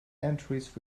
entries